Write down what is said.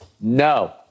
No